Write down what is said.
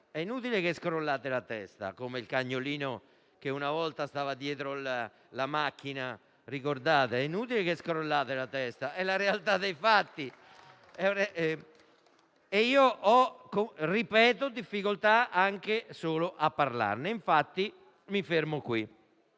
È inutile che scrollate la testa, come il cagnolino che una volta stava dietro la macchina (ricordate?). È inutile che scrollate la testa: è la realtà dei fatti. Ho difficoltà anche solo a parlarne; infatti mi fermo qui